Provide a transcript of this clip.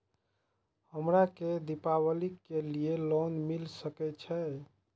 हमरा के दीपावली के लीऐ लोन मिल सके छे?